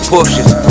Porsches